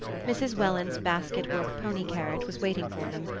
mrs. welland's basket-work pony-carriage was waiting for them,